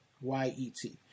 Y-E-T